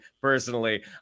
personally